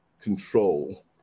control